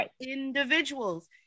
individuals